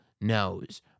knows